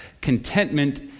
contentment